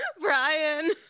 Brian